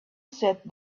sat